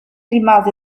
rimase